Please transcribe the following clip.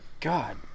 God